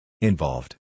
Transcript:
Involved